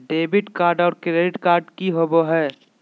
Debit card और credit card की होवे हय?